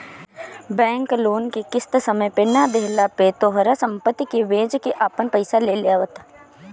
bank loan के किस्त समय पे ना देहला पे तोहार सम्पत्ति के बेच के आपन पईसा ले लेवत ह